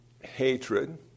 hatred